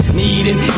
needing